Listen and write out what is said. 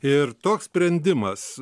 ir toks sprendimas